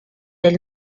del